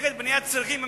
נגד בניית צריחים במסגדים,